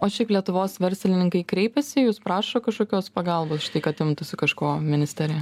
o šiaip lietuvos verslininkai kreipėsi į jus prašo kažkokios pagalbos kad imtųsi kažko ministerija